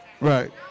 Right